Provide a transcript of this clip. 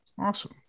Awesome